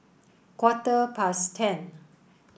quarter past ten